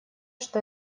что